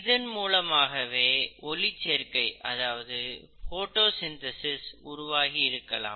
இதன் மூலமாகவே ஒளிச்சேர்க்கை உருவாகி இருக்கலாம்